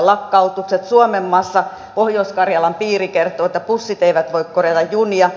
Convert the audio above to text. suomenmaassa pohjois karjalan piiri kertoo että bussit eivät voi korvata junia